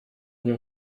нем